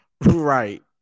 Right